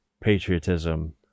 patriotism